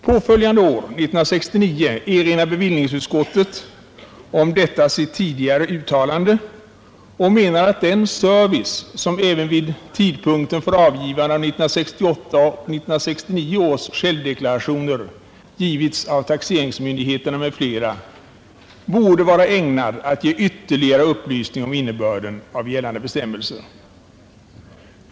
Påföljande år, 1969, erinrar bevillningsutskottet om detta sitt tidigare uttalande och menar att den service som även vid tidpunkten för ingivande av 1968 och 1969 års självdeklarationer lämnats av taxeringsmyndigheter m.fl. borde vara ägnad att ge ytterligare upplysningar om innebörden av gällande bestämmelser.